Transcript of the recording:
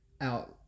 out